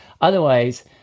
Otherwise